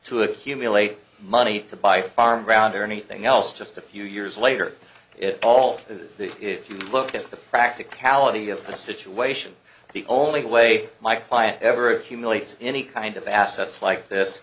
to accumulate money to buy a farm ground or anything else just a few years later if all the if you look at the practicality of the situation the only way my client ever accumulates any kind of assets like this